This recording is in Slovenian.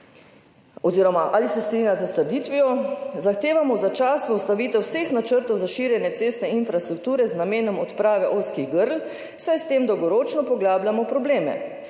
so vas, ali se strinjate s trditvijo »Zahtevamo začasno ustavitev vseh načrtov za širjenje cestne infrastrukture z namenom odprave ozkih grl, saj s tem dolgoročno poglabljamo probleme.